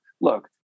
look